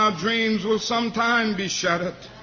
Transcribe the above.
um dreams will sometimes be shattered